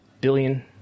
billion